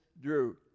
drew